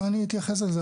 אני אתייחס לזה,